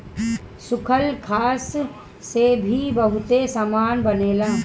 सूखल घास से भी बहुते सामान बनेला